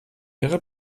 ihre